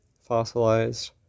Fossilized